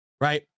Right